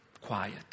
quiet